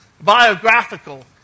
biographical